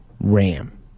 Ram